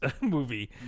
movie